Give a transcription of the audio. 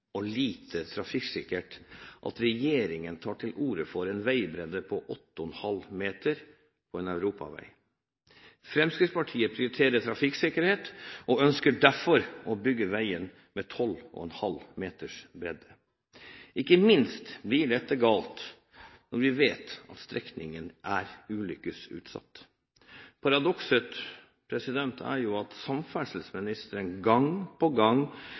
og lite trafikksikkert at regjeringen tar til orde for en veibredde på 8,5 meter på en europavei. Ikke minst blir dette galt når vi vet at strekningen er ulykkesutsatt. Fremskrittspartiet prioriterer trafikksikkerhet og ønsker derfor å bygge veien med 12,5 meters bredde. Paradokset er at samferdselsministeren gang på gang